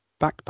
backpack